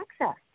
access